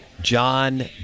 John